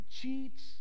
cheats